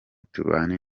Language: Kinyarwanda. tubane